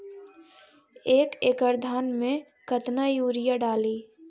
एक एकड़ धान मे कतना यूरिया डाली?